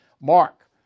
Mark